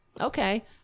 okay